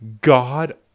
God